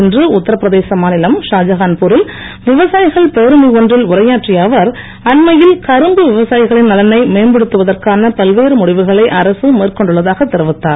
இன்று உத்தரபிரதேச மாநிலம் ஷாஜகான்பூரில் விவசாயிகள் பேரணி ஒன்றில் உரையாற்றிய அவர் அண்மையில் கரும்பு விவசாயிகளின் நலனை மேம்படுத்துவதற்கான பல்வேறு முடிவுகளை அரசு மேற்கொண்டுள்ளதாக தெரிவித்தார்